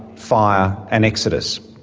fire and exodus.